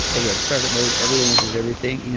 again, startup mode. everyone does everything. you know